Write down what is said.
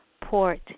port